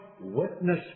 witness